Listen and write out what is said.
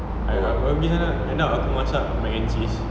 aku pergi sana end up aku masak mac and cheese